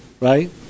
right